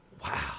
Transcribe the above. Wow